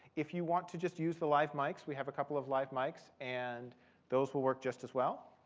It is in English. if you want to just use the live mics, we have a couple of live mics. and those will work just as well.